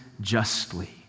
justly